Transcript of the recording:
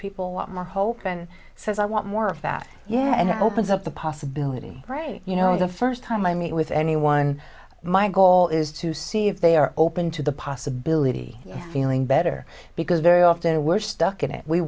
people a lot more hope and says i want more of that yeah and opens up the possibility right you know the first time i meet with anyone my goal is to see if they are open to the possibility of feeling better because very often we're stuck in it we